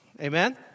Amen